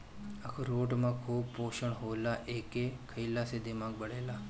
अखरोट में खूब पोषण होला एके खईला से दिमाग बढ़ेला